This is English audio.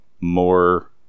more